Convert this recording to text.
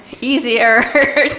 easier